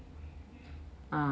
uh